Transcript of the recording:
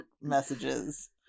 messages